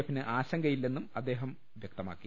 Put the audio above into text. എഫിന് ആശങ്കയില്ലെന്നും അദ്ദേഹം വ്യക്തമാക്കി